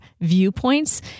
viewpoints